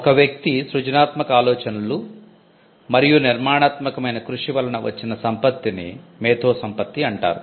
ఒక వ్యక్తి సృజనాత్మక ఆలోచనలు మరియు నిర్మాణాత్మకమైన కృషి వలన వచ్చిన సంపత్తిని మేధోసంపత్తి అంటారు